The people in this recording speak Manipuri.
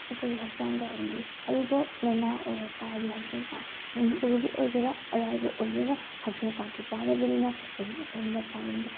ꯑꯩꯈꯣꯏꯒꯤ ꯍꯛꯆꯥꯡꯗ ꯑꯦꯅꯤ ꯑꯔꯨꯕ ꯂꯥꯏꯅꯥ ꯑꯣꯏꯔꯛꯇꯔꯗꯤ ꯍꯛꯁꯦꯜ ꯀꯥꯠ ꯑꯔꯨꯕ ꯑꯣꯏꯒꯦꯔ ꯑꯔꯥꯏꯕ ꯑꯣꯏꯒꯦꯔ ꯍꯛꯁꯦꯜ ꯀꯥꯠꯇꯤ ꯄꯥꯏꯔꯕꯅꯤꯅ ꯑꯦꯅꯤ ꯑꯩꯈꯣꯏꯅ ꯃꯄꯥꯟ ꯂꯣꯝꯗ